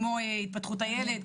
כמו התפתחות הילד,